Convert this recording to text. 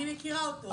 אני מכירה אותו.